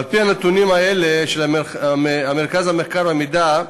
על-פי הנתונים האלה של המרכז המחקר והמידע,